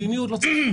בתנאי שאתה מחוסן.